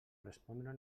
respondre